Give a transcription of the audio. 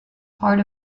part